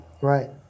Right